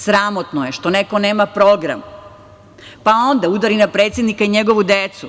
Sramotno je što neko nema program, pa onda udari na predsednika i njegovu decu.